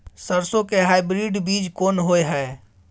सरसो के हाइब्रिड बीज कोन होय है?